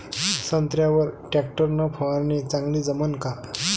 संत्र्यावर वर टॅक्टर न फवारनी चांगली जमन का?